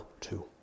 two